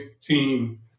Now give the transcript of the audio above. team